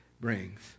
brings